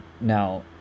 Now